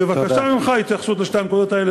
בבקשה ממך, התייחסות לשתי הנקודות האלה.